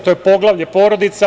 To je poglavlje porodica.